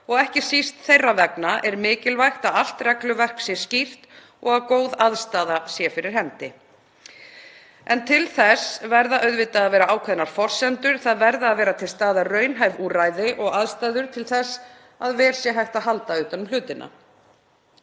og ekki síst þeirra vegna er mikilvægt að allt regluverk sé skýrt og að góð aðstaða sé fyrir hendi. En til þess verða auðvitað að vera ákveðnar forsendur. Það verða að vera til staðar raunhæf úrræði og aðstæður til þess að vel sé hægt að halda utan um hlutina.